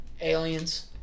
Aliens